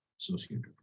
associated